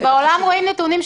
בעולם רואים נתונים,